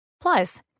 Plus